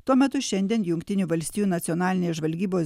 tuo metu šiandien jungtinių valstijų nacionalinės žvalgybos